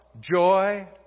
joy